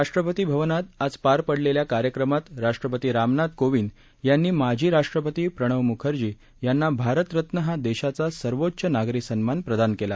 राष्ट्रपती भवनात आज पार पडलेल्या कार्यक्रमात राष्ट्रपती रामनाथ कोंविद यांनी माजी राष्ट्रपती प्रवन म्खर्जी यांना भारतरत्न हा देशाचा सर्वोच्च नागरी सन्मान प्रदान केला